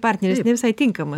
partneris ne visai tinkama